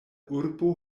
urbo